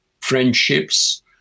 friendships